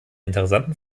interessanten